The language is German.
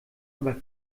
aber